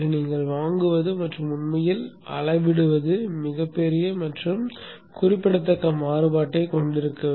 பிறகு நீங்கள் வாங்குவது மற்றும் உண்மையில் அளவிடுவது மிகப் பெரிய மற்றும் குறிப்பிடத்தக்க மாறுபாட்டைக் கொண்டிருக்கும்